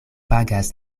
pagas